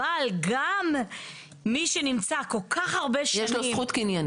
אבל גם מי שנמצא כל כך הרבה שנים' --- יש לו זכות קניינית.